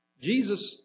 Jesus